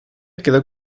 quedó